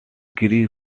grew